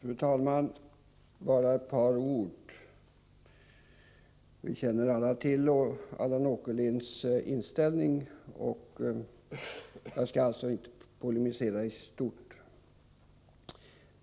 Fru talman! Bara ett par ord. Vi känner alla till Allan Åkerlinds inställning, och jag skall inte polemisera mot honom i stort.